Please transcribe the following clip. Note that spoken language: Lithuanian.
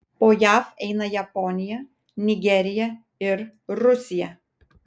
po jav eina japonija nigerija ir rusija